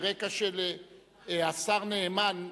השר נאמן,